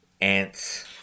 Ants